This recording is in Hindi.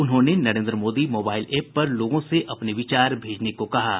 उन्होंने नरेन्द्र मोदी मोबाइल ऐप पर लोगों से अपने विचार भेजने को कहा है